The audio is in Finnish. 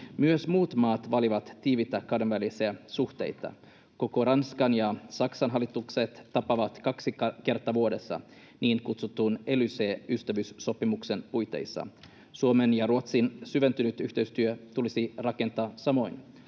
Myös muut maat vaalivat tiiviitä kahdenvälisiä suhteita. Ranskan ja Saksan hallitukset tapaavat kaksi kertaa vuodessa niin kutsutun Élysée-ystävyyssopimuksen puitteissa. Suomen ja Ruotsin syventynyt yhteistyö tulisi rakentaa samoin.